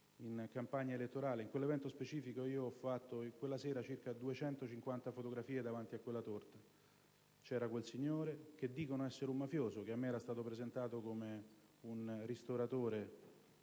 in campagna elettorale. In quell'evento specifico, quella sera, ho fatto circa 250 fotografie davanti a quella torta. Vi era quel signore, che dicono essere un mafioso, che a me era stato presentato come un ristoratore,